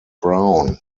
brown